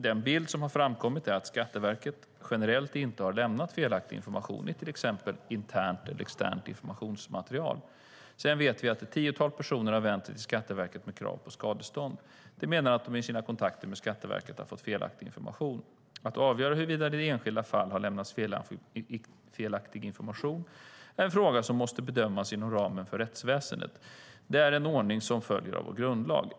Den bild som har framkommit är att Skatteverket inte har lämnat felaktig information generellt i till exempel internt eller externt informationsmaterial. Vi vet att ett tiotal personer har vänt sig till Skatteverket med krav på skadestånd. De menar att de i sina kontakter med Skatteverket har fått felaktig information. Att avgöra huruvida det i enskilda fall har lämnats felaktig information är en fråga som måste bedömas inom ramen för rättsväsendet. Det är en ordning som följer av vår grundlag.